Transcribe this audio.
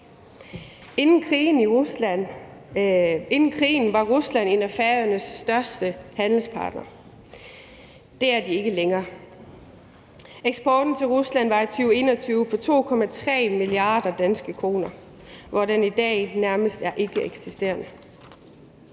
Inden krigen var Rusland en af Færøernes største handelspartnere. Det er de ikke længere. Eksporten til Rusland var i 2021 på 2,3 milliarder danske kroner, hvor den i dag nærmest er ikkeeksisterende.